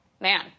man